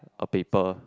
a paper